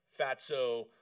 fatso